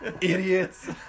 Idiots